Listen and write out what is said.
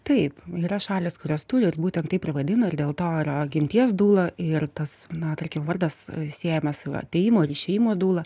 taip yra šalys kurios turi ir būtent taip ir vadino ir dėl to yra gimties dūla ir tas na tarkim vardas siejamas atėjimo ir išėjimo dula